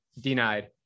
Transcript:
denied